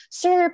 sir